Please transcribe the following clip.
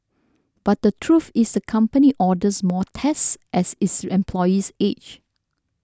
but the truth is the company orders more tests as its employees age